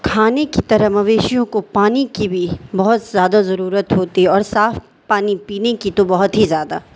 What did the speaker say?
کھانے کی طرح مویشیوں کو پانی کی بھی بہت زیادہ ضرورت ہوتی ہے اور صاف پانی پینے کی تو بہت ہی زیادہ